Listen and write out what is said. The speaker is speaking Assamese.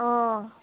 অঁ